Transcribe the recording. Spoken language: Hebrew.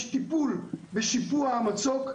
יש טיפול בשיפוע המצוק,